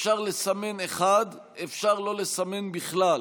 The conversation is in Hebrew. אפשר לסמן אחד, אפשר שלא לסמן בכלל,